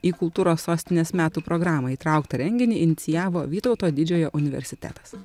į kultūros sostinės metų programą įtrauktą renginį inicijavo vytauto didžiojo universitetas